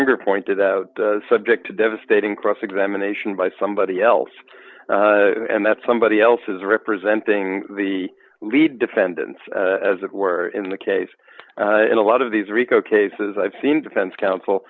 unger point to the subject devastating cross examination by somebody else and that somebody else is representing the lead defendants as it were in the case in a lot of these rico cases i've seen defense counsel